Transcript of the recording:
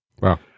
Wow